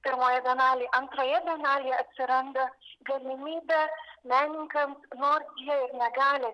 pirmoje bienalėj antroje bienalėj atsiranda galimybė menininkam nors jie ir negali